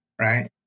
right